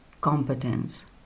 competence